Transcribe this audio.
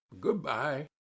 Good-bye